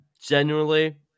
genuinely